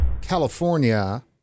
California